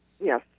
Yes